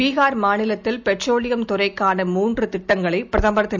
பிகார் மாநிலத்தில் பெட்ரோலியம் துறைக்கான மூன்றுதிட்டங்களைபிரதமர் திரு